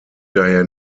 daher